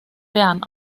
bern